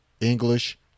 English